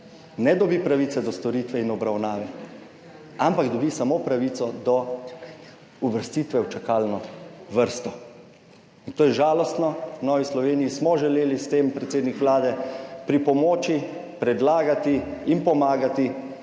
ne dobi pravice do storitve in obravnave, ampak dobi samo pravico do uvrstitve v čakalno vrst. In to je žalostno. V Novi Sloveniji smo želeli s tem, predsednik Vlade, pripomoči, predlagati in pomagati,